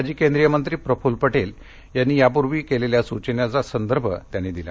माजी केंद्रीय मंत्री प्रफुल्ल पटेल यांनी पूर्वी केलेल्या सूचनेचा संदर्भ त्यांनी दिला